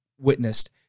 witnessed